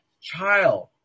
child